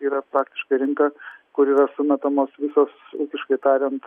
yra praktiškai rinka kur yra sumetamos visos ūkiškai tariant